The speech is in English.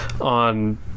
on